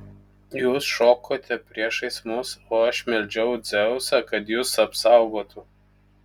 jūs šokote priešais mus o aš meldžiau dzeusą kad jus apsaugotų